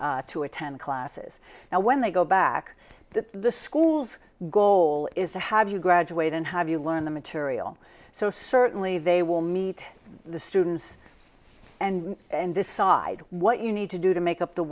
to attend classes now when they go back to the schools goal is to have you graduate and have you learn the material so certainly they will meet the students and and decide what you need to do to make up the